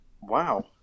Wow